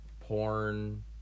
porn